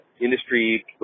industry